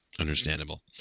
Understandable